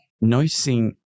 noticing